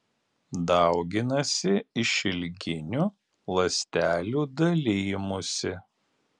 dauginasi išilginiu ląstelių dalijimusi